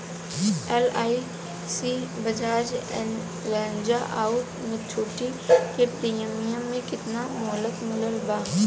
LIC Bajaj Allianz आउर मुथूट के premium के केतना मुहलत मिलल बा?